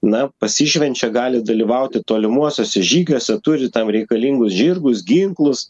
na pasišvenčia gali dalyvauti tolimuosiuose žygiuose turi tam reikalingus žirgus ginklus